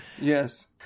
yes